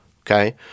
Okay